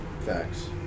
facts